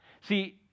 See